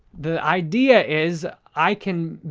the idea is i can,